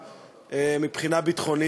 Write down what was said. אדוני,